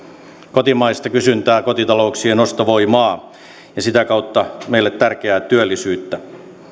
kotimaista kysyntää kotitalouksien ostovoimaa ja sitä kautta meille tärkeää työllisyyttä